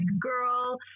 girl